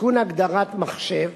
תיקון הגדרת מחשב